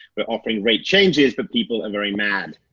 we're offering rate changes, but people are very mad.